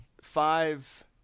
Five